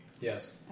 Yes